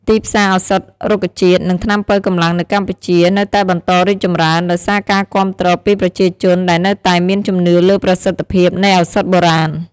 ទីផ្សារឱសថរុក្ខជាតិ និងថ្នាំប៉ូវកម្លាំងនៅកម្ពុជានៅតែបន្តរីកចម្រើន ដោយសារការគាំទ្រពីប្រជាជនដែលនៅតែមានជំនឿលើប្រសិទ្ធភាពនៃឱសថបុរាណ។